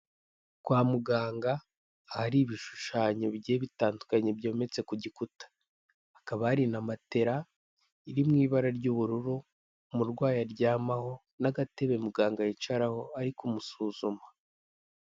Kwa muganga, ahari ibishushanyo bigiye bitandukanye byometse ku gikuta. Hakaba hari na matela iri mu ibara ry'ubururu, umurwayi aryamaho n'agatebe muganga yicaraho ari kumusuzuma.